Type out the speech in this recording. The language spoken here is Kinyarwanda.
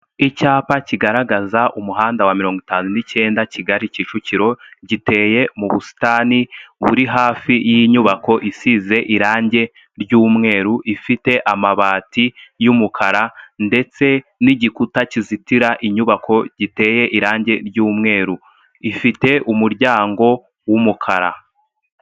Icyapa kigaragaza umuhanda wa mirongo itanu n'icyenda Kigali Kicukiro giteye mu busitani buri hafi y'inyubako isize irangi ry'umweru ifite amabati y'umukara ndetse n'igikuta kizitira inyubako giteye irangi ry'umweru ifite umuryango w'umukara.